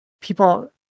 People